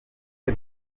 byo